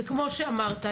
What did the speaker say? וכפי שאמרת,